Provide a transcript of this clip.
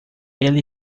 ele